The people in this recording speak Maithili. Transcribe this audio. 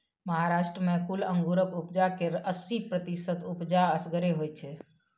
महाराष्ट्र मे कुल अंगुरक उपजा केर अस्सी प्रतिशत उपजा असगरे होइ छै